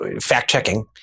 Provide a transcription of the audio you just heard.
fact-checking